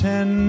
Ten